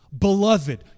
beloved